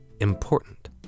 important